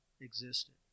existed